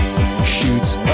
Shoots